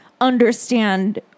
understand